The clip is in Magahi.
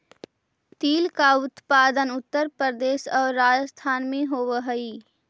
तिल का उत्पादन उत्तर प्रदेश और राजस्थान में होवअ हई